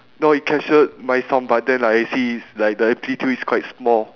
no it captured my sound but then I see is like the amplitude is quite small